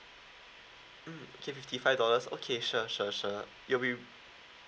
mm okay fifty five dollars okay sure sure sure you'll be